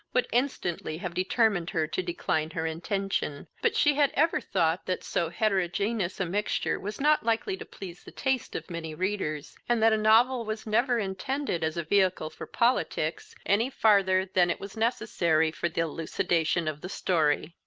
would instantly have determined her to decline her intention, but she had ever thought that so heterogeneous a mixture was not likely to please the taste of many readers, and that a novel was never intended as a vehicle for politics, any farther than it was necessary for the elucidation of the story.